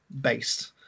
based